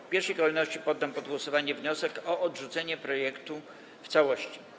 W pierwszej kolejności poddam pod głosowanie wniosek o odrzucenie projektu w całości.